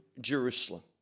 Jerusalem